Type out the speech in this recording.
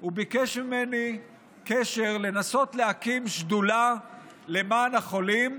הוא ביקש ממני קשר לנסות להקים שדולה למען החולים,